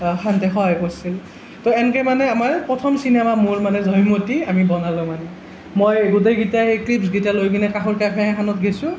সিহঁতে সহায় কৰিছিল তো এনেকৈ মানে আমাৰ প্ৰথম চিনেমা মোৰ মানে জয়মতী আমি বনালো মানে মই গোটেইকেইটাই ক্লীপচকেইটা লৈ পিনে কাষৰ কেফে এখনত গৈছোঁ